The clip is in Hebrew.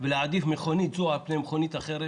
ולהעדיף מכונית אחת על פני מכונית אחרת.